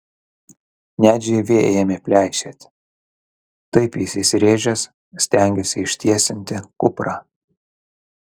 net žievė ėmė pleišėti taip jis įsiręžęs stengėsi ištiesinti kuprą